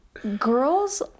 Girls